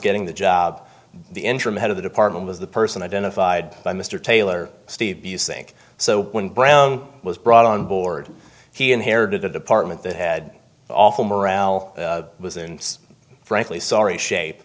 getting the job the interim head of the department was the person identified by mr taylor steve think so when brown was brought on board he inherited a department that had awful morale was frankly sorry shape